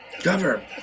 Cover